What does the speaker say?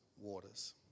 waters